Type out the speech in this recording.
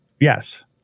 Yes